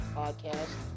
podcast